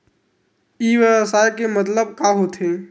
ई व्यवसाय के मतलब का होथे?